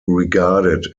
regarded